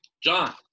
John